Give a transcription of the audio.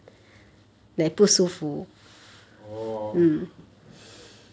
orh